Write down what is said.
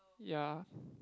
ya